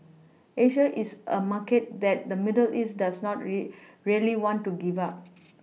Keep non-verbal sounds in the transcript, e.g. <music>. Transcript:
Asia is a market that the middle east does not <unintelligible> really want to give up